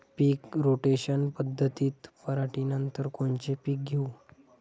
पीक rotation पद्धतीत पराटीनंतर कोनचे पीक घेऊ?